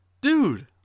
dude